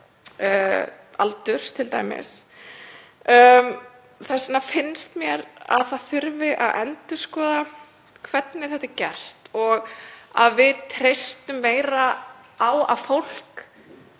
aldurs t.d. Þess vegna finnst mér að það þurfi að endurskoða hvernig þetta er gert og að við treystum meira á að fólk